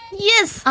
yes!